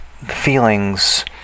Feelings